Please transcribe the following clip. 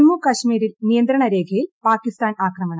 ജമ്മുകാശ്മീരിൽ നിയന്ത്രണ രേഖയിൽ പാക്കിസ്ഥാൻ അക്രമണം